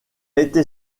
été